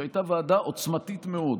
שהייתה ועדה עוצמתית מאוד.